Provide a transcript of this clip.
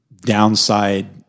downside